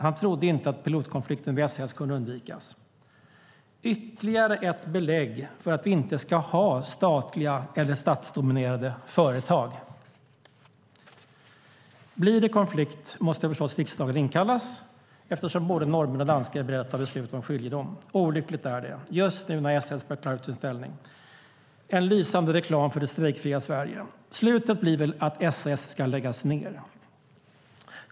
Han trodde inte att pilotkonflikten vid SAS kunde undvikas. Ytterligare ett belägg för att vi inte ska ha statliga eller statsdominerade företag. Blir det konflikt måste förstås riksdagen inkallas eftersom både norrmän och danskar är beredda att ta beslut om skiljedom. Olyckligt är det just nu när SAS ska klara ut sin ställning. En lysande reklam för det strejkfria Sverige. Slutet blir väl att SAS ska läggas ned.